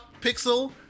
Pixel